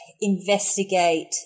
investigate